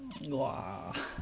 !wah!